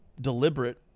deliberate